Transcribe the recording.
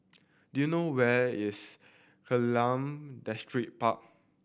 do you know where is Kallang Distripark